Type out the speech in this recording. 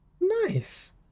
nice